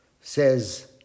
says